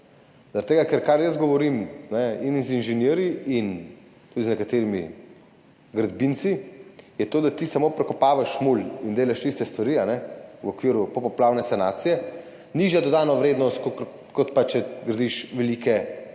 to, o čemer jaz govorim z inženirji in tudi z nekaterimi gradbinci, je to, da ti samo prekopavaš mulj in delaš iste stvari v okviru popoplavne sanacije, je nižja dodana vrednost, kot pa če gradiš velike,